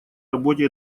работе